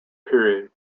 period